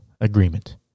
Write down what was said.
agreement